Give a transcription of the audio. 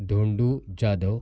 Dhondu Jadhav